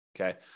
Okay